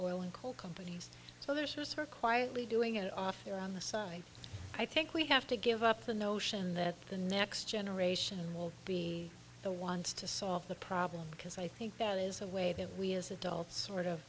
oil and coal companies so there's most are quietly doing it off there on the side i think we have to give up the notion that the next generation will be the ones to solve the problem because i think that is a way that we as adults sort of